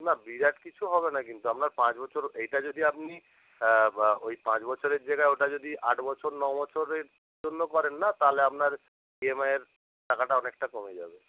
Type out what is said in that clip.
না বিরাট কিছু হবে না কিন্তু আপনার পাঁচ বছর এইটা যদি আপনি ওই পাঁচ বছরের জায়গায় ওটা যদি আট বছর ন বছরের জন্য করেন না তাহলে আপনার ইএমআইয়ের টাকাটা অনেকটা কমে যাবে